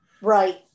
Right